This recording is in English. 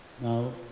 Now